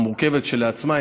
המורכבת כשלעצמה,